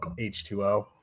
H2O